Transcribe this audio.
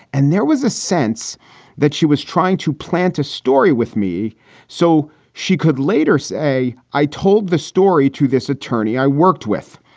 and there was a sense that she was trying to plant a story with me so she could later say, i told the story to this attorney i worked with.